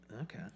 Okay